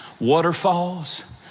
waterfalls